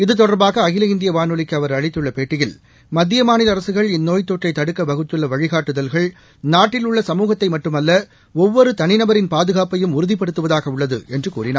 இது தொடர்பாகஅகில இந்தியவானொலிக்குஅவர் அளித்துள்ளபேட்டியில் மத்திய மாநிலஅரசுகள் இந்நோய்த்தொற்றைதடுக்கவகுத்துள்ளவழிகாட்டுதல்கள் நாட்டில் உள்ள சமூகத்தைமட்டுமல்ல ஒவ்வொருதனிநபரின் பாதுகாப்பையும் உறுதிப்படுத்துவதாகஉள்ளதுஎன்றுகூறினார்